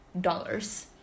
dollars